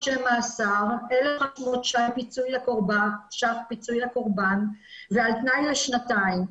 של מאסר, הפיצוי לקורבן ועל תנאי לשנתיים.